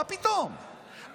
מה פתאום.